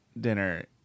dinner